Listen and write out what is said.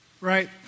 right